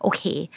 Okay